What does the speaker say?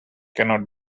cannot